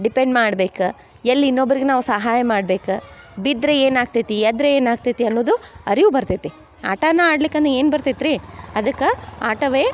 depend ಮಾಡ್ಬೇಕು ಎಲ್ಲಿ ಇನ್ನೊಬ್ರಿಗೆ ನಾವು ಸಹಾಯ ಮಾಡ್ಬೇಕು ಬಿದ್ದರೆ ಏನಾಗ್ತೈತಿ ಎದ್ರೆ ಏನಾಗ್ತೈತಿ ಅನ್ನೋದು ಅರಿವು ಬರ್ತೈತಿ ಆಟನೇ ಆಡ್ಲಿಲ್ಲಂದ್ ಏನು ಬರ್ತೈತೆ ರೀ ಅದಕ್ಕೆ ಆಟವೇ